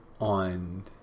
on